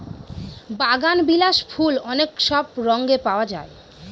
বাগানবিলাস ফুল অনেক সব রঙে পাওয়া যায়